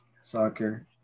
soccer